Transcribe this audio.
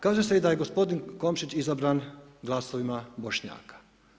Kaže se i da je gospodin Komšić izabran glasovima Bošnjaka.